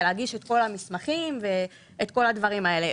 ולהגיש את כל המסמכים ואת כל הדברים האלה.